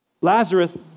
Lazarus